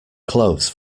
clothes